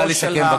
נא לסכם.